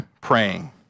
praying